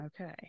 Okay